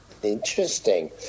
Interesting